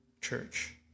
church